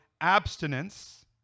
abstinence